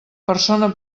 persona